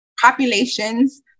populations